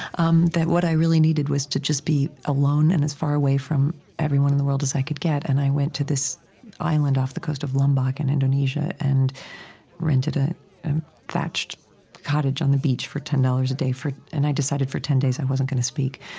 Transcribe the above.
um that what i really needed was to just be alone and as far away from everyone in the world as i could get. and i went to this island off the coast of lombok in indonesia and rented a thatched cottage on the beach for ten dollars a day. and i decided, for ten days, i wasn't going to speak.